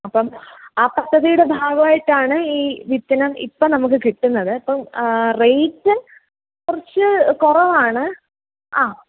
അപ്പം ആ പദ്ധതിയുടെ ഭാഗമായിട്ടാണ് ഈ വിത്തെല്ലാം ഇപ്പോൾ നമുക്ക് കിട്ടുന്നത് അപ്പം റേറ്റും കുറച്ച് കുറവാണ് ആ